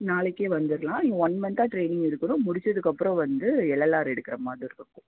நாளைக்கே வந்துர்லாம் நீங்கள் ஒன் மன்த்தாக ட்ரெய்னிங் எடுக்கணும் முடித்ததுக்கு அப்புறம் வந்து எல்எல்ஆர் எடுக்கிற மாதிரி இருக்கும்